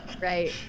Right